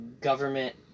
government